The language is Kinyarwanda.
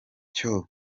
cyo